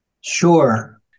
Sure